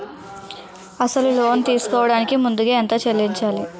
అసలు లోన్ తీసుకోడానికి ముందుగా ఎంత చెల్లించాలి?